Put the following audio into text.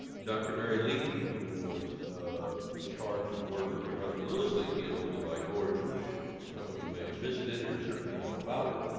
doctor mary leakey who was in charge of work with her husband louis leakey at olduvai gorge, which some of you may have visited or certainly know about it,